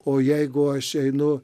o jeigu aš einu